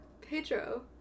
Pedro